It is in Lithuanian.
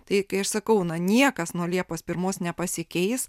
tai kai aš sakau na niekas nuo liepos pirmos nepasikeis